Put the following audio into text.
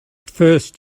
first